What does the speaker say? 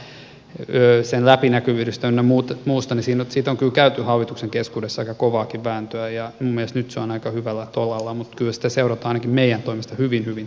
sen rahoituksesta sen läpinäkyvyydestä ynnä muusta on kyllä käyty hallituksen keskuudessa aika kovaakin vääntöä ja minun mielestäni nyt se on aika hyvällä tolalla mutta kyllä sitä seurataan ainakin meidän toimesta hyvin hyvin tarkkaan